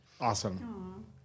Awesome